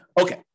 Okay